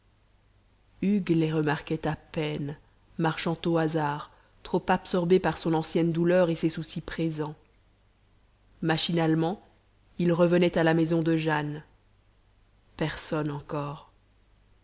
hugues les remarquait à peine marchant au hasard trop absorbé par son ancienne douleur et ses soucis présents machinalement il revenait à la maison de jane personne encore